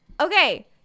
Okay